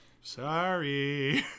Sorry